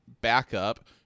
backup